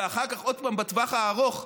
ואחר כך עוד פעם בטווח הארוך,